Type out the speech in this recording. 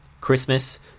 Christmas